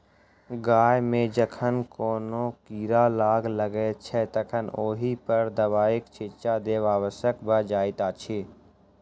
गाछ मे जखन कोनो कीड़ा लाग लगैत छै तखन ओहि पर दबाइक छिच्चा देब आवश्यक भ जाइत अछि